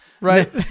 right